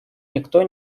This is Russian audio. никто